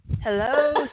Hello